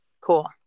cool